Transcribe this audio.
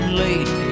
late